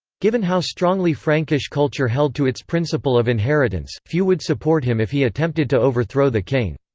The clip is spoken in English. given how strongly frankish culture held to its principle of inheritance, few would support him if he attempted to overthrow the king.